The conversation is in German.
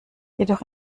jedoch